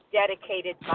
dedicated